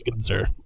sir